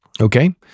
Okay